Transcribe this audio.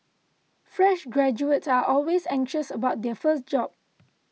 fresh graduates are always anxious about their first job